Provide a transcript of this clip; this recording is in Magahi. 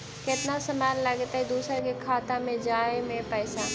केतना समय लगतैय दुसर के खाता में जाय में पैसा?